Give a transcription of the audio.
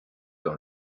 dans